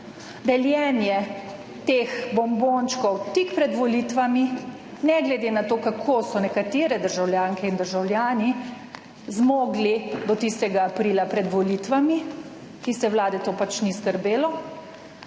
deljenje teh bombončkov tik pred volitvami, ne glede na to, kako so nekatere državljanke in državljani zmogli do tistega aprila pred volitvami, tiste vlade to pač ni skrbelo,